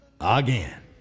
again